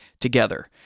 together